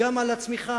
גם על הצמיחה,